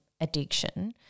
addiction –